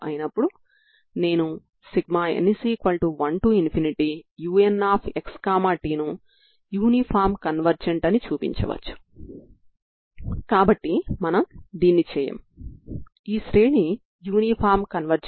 L2n1π ని పొందుతారు కాబట్టి 0 నుండి L కి 0L2n1πx2L dxL2 అవుతుంది